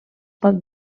pot